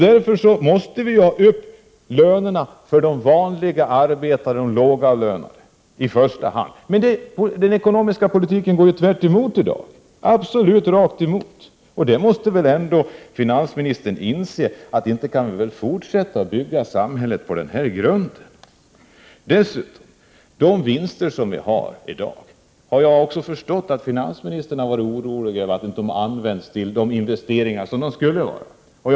Därför måste vi i första hand få upp lönerna för de vanliga arbetarna, de lågavlönade. Men den ekonomiska politiken går i dag absolut rakt emot detta. Finansministern måste väl ändå inse att vi inte kan fortsätta att bygga samhället på den här grunden. Jag har också förstått att finansministern har varit orolig över att de vinster som förekommer i dag inte används till sådana investeringar som de borde användas till.